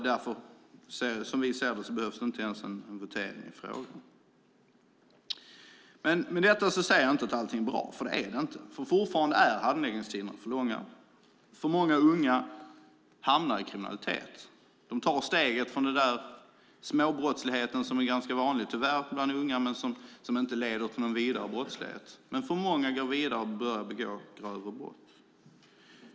Därför behövs det inte ens, som vi ser det, en votering i frågan. Med detta säger jag inte att allting är bra, för det är det inte. Fortfarande är handläggningstiderna för långa, och för många unga hamnar i kriminalitet. De tar steget från den där småbrottsligheten som är ganska vanlig, tyvärr, bland unga men som inte leder till vidare brottslighet. Men många går vidare och börjar begå grövre brott.